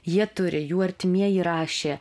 jie turi jų artimieji rašė